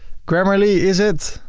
grammarly, is it?